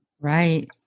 right